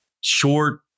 short